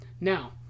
now